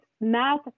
math